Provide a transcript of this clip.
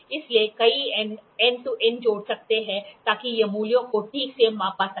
इसलिए कई add on जोड़े जा सकते हैं ताकि यह मूल्यों को ठीक से माप सके